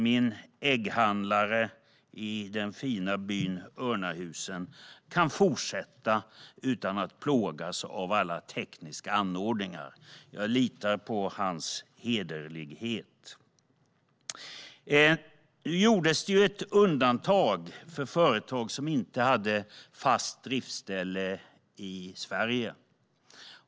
Min ägghandlare i den fina byn Örnahusen kan därför fortsätta sälja ägg utan att plågas av alla tekniska anordningar. Jag litar på hans hederlighet. Det gjordes ett undantag för företag som inte hade fast driftställe i Sverige.